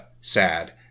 sad